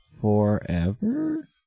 forever